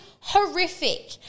horrific